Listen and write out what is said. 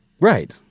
right